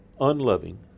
unloving